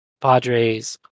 Padres